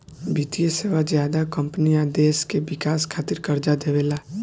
वित्तीय सेवा ज्यादा कम्पनी आ देश के विकास खातिर कर्जा देवेला